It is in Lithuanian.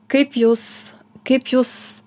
kaip jūs kaip jūs